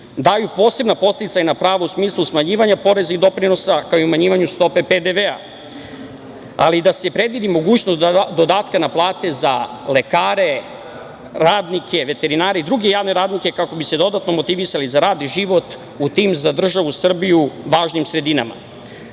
daju posebna podsticajna prava u smislu smanjivanja poreza i doprinosa, kao i umanjivanju stope PDV-a, ali i da se predvidi mogućnost dodatka na plate za lekare, radnike, veterinare i druge javne radnike kako bi se dodatno motivisali za rad i život u tim, za državu Srbiju, važnim sredinama.Za